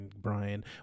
Brian